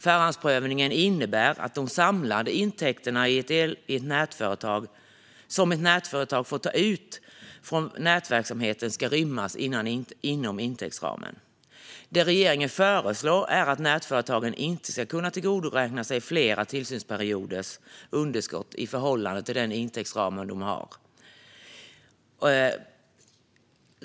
Förhandsprövningen innebär att de samlade intäkterna som ett nätföretag få ta ut från nätverksamheten ska rymmas inom intäktsramen. Det regeringen föreslår är att nätföretagen inte ska kunna tillgodoräkna sig flera tillsynsperioders underskott i förhållande till deras intäktsram.